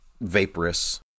vaporous